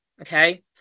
okay